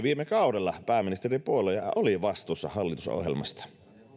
viime kaudella pääministeripuolue ja oli vastuussa hallitusohjelmasta